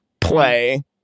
play